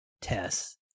Tess